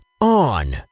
on